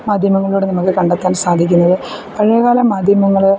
മാധ്യമങ്ങളിലൂടെ നമുക്ക് കണ്ടെത്താൻ സാധിക്കുന്നത് ഒഴിവുകാല മാധ്യമങ്ങളെ